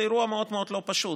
זה אירוע מאוד מאוד לא פשוט,